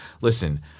listen